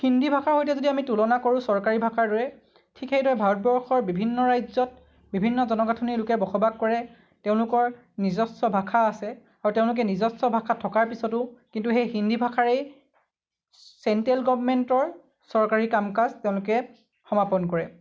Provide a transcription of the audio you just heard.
হিন্দী ভাষাৰ সৈতে যদি আমি তুলনা কৰোঁ চৰকাৰী ভাষাৰ দৰে ঠিক সেইদৰে ভাৰতবৰ্ষৰ বিভিন্ন ৰাজ্যত বিভিন্ন জনগাঁঠনিৰ লোকে বসবাস কৰে তেওঁলোকৰ নিজস্ব ভাষা আছে আৰু তেওঁলোকে নিজস্ব ভাষা থকাৰ পিছতো কিন্তু সেই হিন্দী ভাষাৰেই চেনট্ৰেল গৰ্ভমেন্টৰ চৰকাৰী কাম কাজ তেওঁলোকে সমাপন কৰে